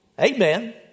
Amen